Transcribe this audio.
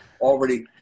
Already